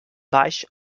baix